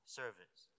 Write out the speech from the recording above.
service